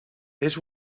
his